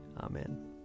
Amen